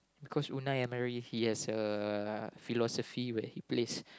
because Unai-Emery he has a philosophy where he plays